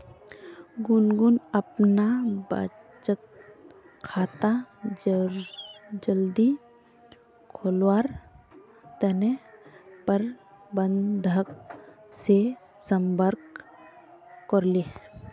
गुनगुन अपना बचत खाता जल्दी खोलवार तने प्रबंधक से संपर्क करले